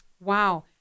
Wow